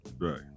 Right